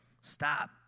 Stop